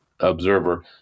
observer